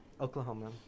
Oklahoma